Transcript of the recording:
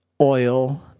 oil